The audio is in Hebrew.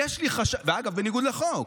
ואגב, בניגוד לחוק,